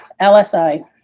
LSI